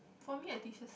for I think it's just